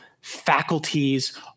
faculties